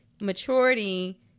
maturity